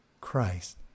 Christ